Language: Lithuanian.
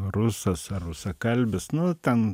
rusas ar rusakalbis nu ten